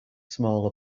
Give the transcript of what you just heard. small